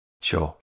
Sure